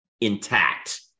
intact